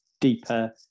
deeper